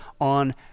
on